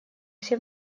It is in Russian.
все